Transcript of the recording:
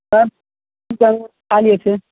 sir खा लिए थे